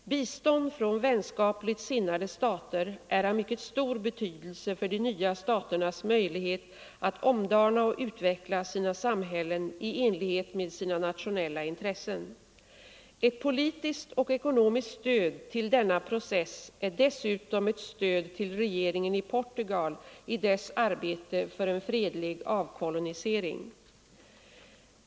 Bistånd från vänskapligt sinnade stater är av mycket stor betydelse för de nya staternas möjlighet att omdana och utveckla sina samhällen i enlighet med sina nationella intressen. Ett politiskt och ekonomiskt stöd till denna process är dessutom ett stöd till regeringen i Portugal i dess arbete för en fredlig avkolonisering.